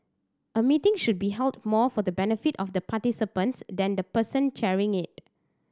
a meeting should be held more for the benefit of the participants than the person chairing it